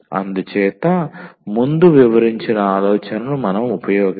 అందుచేత ముందు వివరించిన ఆలోచనను మనం ఉపయోగించాలి